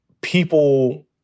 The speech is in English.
people